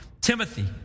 Timothy